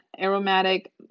aromatic